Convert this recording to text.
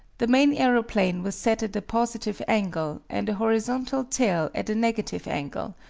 the main aeroplane was set at a positive angle, and a horizontal tail at a negative angle,